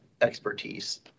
expertise